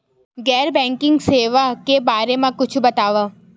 गैर बैंकिंग सेवा के बारे म कुछु बतावव?